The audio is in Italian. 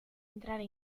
entrare